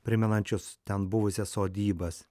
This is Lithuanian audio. primenančius ten buvusias sodybas